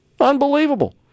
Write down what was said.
Unbelievable